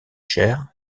cher